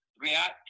react